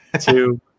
two